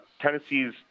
Tennessee's